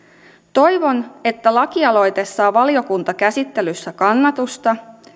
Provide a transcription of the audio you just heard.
toivon että lakialoite saa valiokuntakäsittelyssä kannatusta